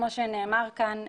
כמו שנאמר כאן,